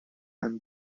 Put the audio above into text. and